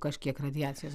kažkiek radiacijos